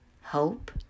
Hope